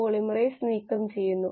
കർശനമായ നോഡുകൾ നമ്മളെ സഹായിക്കില്ല